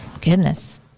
Goodness